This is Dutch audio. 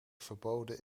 verboden